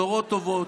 בשורות טובות,